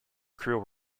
crew